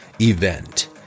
Event